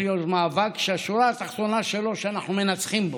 מיקי, מיקי,